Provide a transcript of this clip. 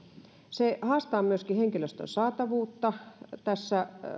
se haastaa myöskin henkilöstön saatavuutta tässä